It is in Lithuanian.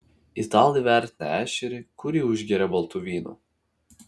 italai vertina ešerį kurį užgeria baltu vynu